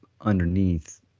underneath